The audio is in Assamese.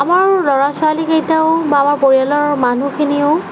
আমাৰ ল'ৰা ছোৱালী কেইটাও বা আমাৰ পৰিয়ালৰ মানুহখিনিও